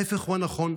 ההפך הוא הנכון.